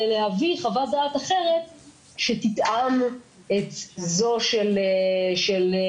ולהביא חוות דעת אחרת שתטעם את זו של העירייה,